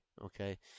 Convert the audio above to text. okay